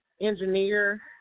engineer